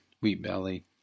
wheat-belly